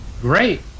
Great